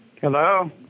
Hello